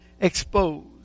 exposed